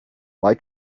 why